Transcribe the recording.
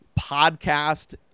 podcast